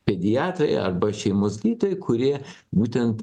pediatrai arba šeimos gydytojai kurie būtent